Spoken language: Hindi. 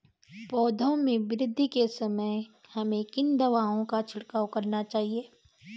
पौधों में वृद्धि के समय हमें किन दावों का छिड़काव करना चाहिए?